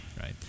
right